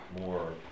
more